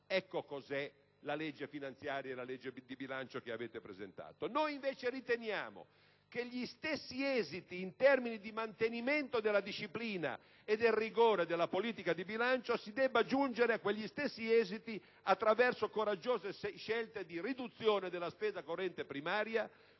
Ecco cos'è la legge finanziaria e la legge di bilancio che avete presentato. Noi invece riteniamo che agli stessi esiti in termini di mantenimento della disciplina e del rigore della politica di bilancio si debba giungere attraverso coraggiose scelte di riduzione della spesa corrente primaria,